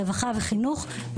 רווחה וחינוך.